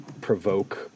provoke